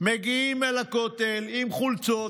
מגיעים אל הכותל עם חולצות.